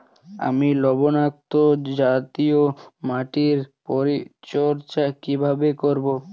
আমি লবণাক্ত জাতীয় মাটির পরিচর্যা কিভাবে করব?